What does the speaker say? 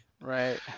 Right